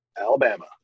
Alabama